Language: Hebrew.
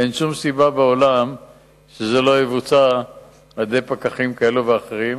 אין שום סיבה בעולם שזה לא ייעשה על-ידי פקחים כאלה ואחרים,